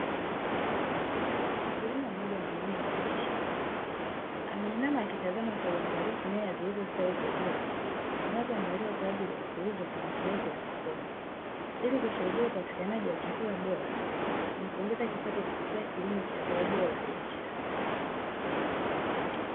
Mkulima mmoja mwanaume ndani ya shamba, ameinama akitazama kwa uangalifu nyanya zilizostawi vizuri, zinazoandaliwa kwa ajili kuuzwa kwa matumizi ya sokoni, ili kusaidia upatikanaji wa chakula bora, na kuongeza kipato kupitia zao hilo la biashara.